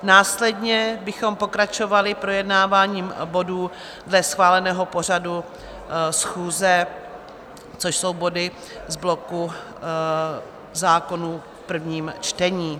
Následně bychom pokračovali projednáváním bodů dle schváleného pořadu schůze, což jsou body z bloku zákonů v prvním čtení.